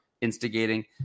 instigating